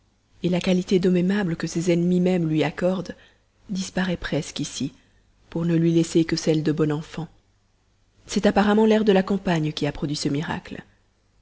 prétentions la qualité d'homme aimable que ses ennemis mêmes lui accordent disparaît presque ici pour ne lui laisser que celle de bon enfant c'est apparemment l'air de la campagne qui a produit ce miracle